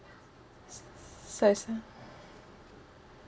sad !huh!